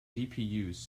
gpus